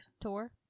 Tour